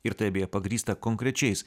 ir tai beje pagrįsta konkrečiais